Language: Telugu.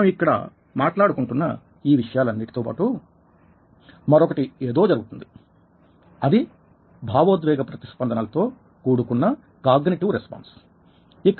మనం ఇక్కడ మాట్లాడుకుంటున్న ఈ విషయాలన్నీ తోబాటు మరొకటి ఏదో జరుగుతుంది అది భావోద్వేగ ప్రతిస్పందనలతో కూడుకున్న కాగ్నిటివ్ రెస్పాన్స్